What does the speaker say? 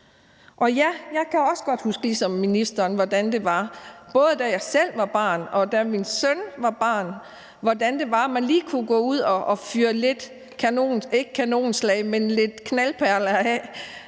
Og ja, jeg kan ligesom ministeren også godt huske, både da jeg selv var barn og da min søn var barn, hvordan det var, man lige kunne gå ud og fyre lidt knaldperler af